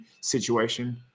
situation